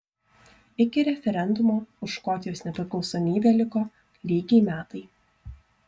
iki referendumo už škotijos nepriklausomybę liko lygiai metai